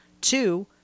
Two